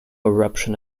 eruption